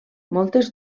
moltes